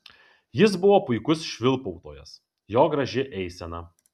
jis buvo puikus švilpautojas jo graži eisena